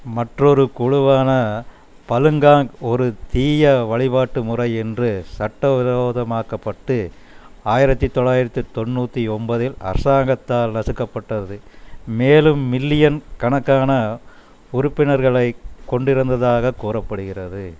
மற்றொரு குழுவான பலுங்காங் ஒரு தீய வழிபாட்டு முறை என்று சட்டவிரோதமாக்கப்பட்டு ஆயரத்து தொளாயரத்து தொண்ணூற்றி ஒம்பதில் அரசாங்கத்தால் நசுக்கப்பட்டது மேலும் மில்லியன் கணக்கான உறுப்பினர்களைக் கொண்டிருந்ததாகக் கூறப்படுகிறது